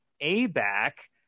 A-back